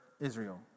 Israel